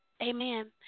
Amen